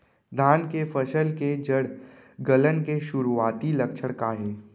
धान के फसल के जड़ गलन के शुरुआती लक्षण का हे?